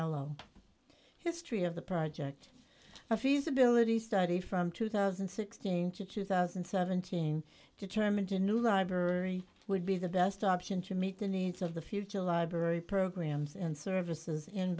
rodela history of the project a feasibility study from two thousand and sixteen to two thousand and seventeen determine to a new library would be the best option to meet the needs of the future library programs and services in